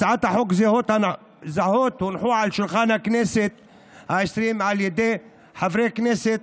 הצעות חוק זהות הונחו על שולחן הכנסת העשרים על ידי חברי כנסת,